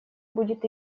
будет